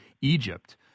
Egypt